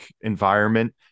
environment